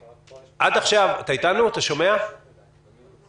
עד עכשיו מד"א נשא בעיקר הנטל של